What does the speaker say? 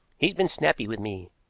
he's been snappy with me,